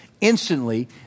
Instantly